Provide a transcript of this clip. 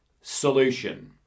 solution